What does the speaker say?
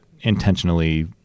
intentionally